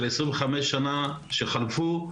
של 25 שנה שחלפו,